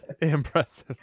Impressive